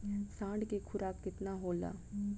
साँढ़ के खुराक केतना होला?